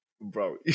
bro